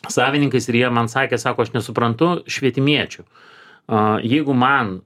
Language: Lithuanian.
savininkais ir jie man sakė sako aš nesuprantu švietimiečių a jeigu man